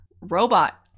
robot